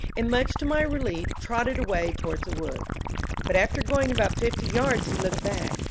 and, much to my relief, trotted away towards the wood but after going about fifty yards he looked back,